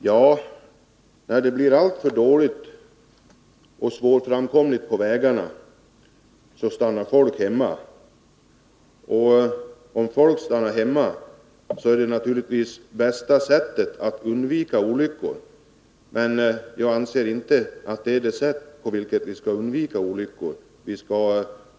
Ja, när vägarna blir alltför svårframkomliga stannar folk hemma, och det är naturligtvis det effektivaste sättet att undvika olyckor. Jag anser dock inte att det är på det sättet som vi skall undvika sådana.